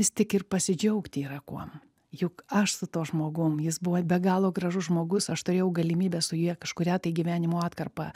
vis tik ir pasidžiaugti yra kuom juk aš su tuo žmogum jis buvo be galo gražus žmogus aš turėjau galimybę su ja kažkurią tai gyvenimo atkarpą